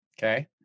Okay